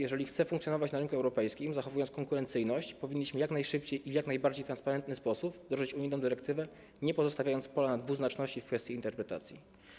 Jeżeli chcemy funkcjonować na rynku europejskim, zachowując konkurencyjność, powinnyśmy jak najszybciej i w jak najbardziej transparentny sposób wdrożyć unijną dyrektywę, nie pozostawiając miejsca na dwuznaczności w kwestii interpretacji.